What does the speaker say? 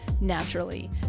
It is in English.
naturally